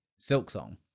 Silksong